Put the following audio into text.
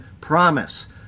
promise